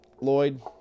Lloyd